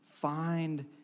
find